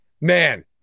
man